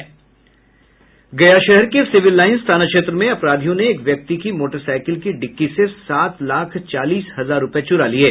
गया शहर के सिविल लाइन्स थाना क्षेत्र में अपराधियों ने एक व्यक्ति की मोटरसाईकिल की डिक्की से सात लाख चालीस हजार रुपये चुरा लिये